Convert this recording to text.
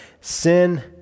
sin